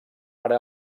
ara